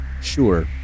Sure